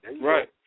Right